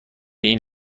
این